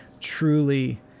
truly